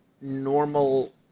normal